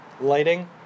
lighting